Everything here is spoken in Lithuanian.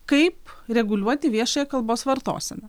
kaip reguliuoti viešąją kalbos vartoseną